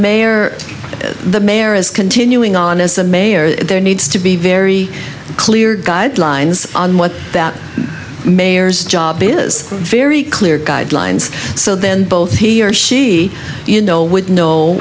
mayor the mayor is continuing on as the mayor that there needs to be very clear guidelines on what that mayor's job is very clear guidelines so then both he or she you know would know